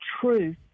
truth